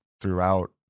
throughout